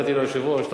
הראיתי ליושב-ראש,